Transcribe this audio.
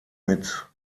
mit